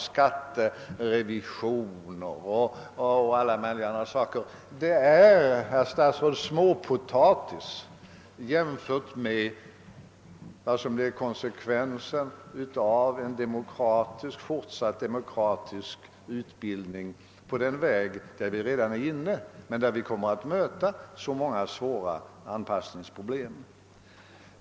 Skatterevision och alla möjliga andra saker är, herr statsråd, småpotatis jämfört med vad som blir konsekvensen av en fortsatt demokratisk utbildning på den väg där vi redan är inne men där vi kommer att möta så många svåra anpassningsproblem.